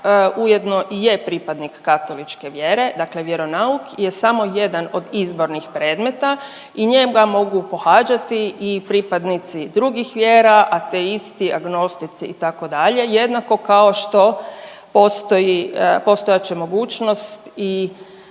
ujedno i je pripadnik katoličke vjere, dakle vjeronauk je samo jedan od izbornih predmeta i njega mogu pohađati i pripadnici drugih vjera, ateisti, agnostici itd. jednako kao što postojat će mogućnost i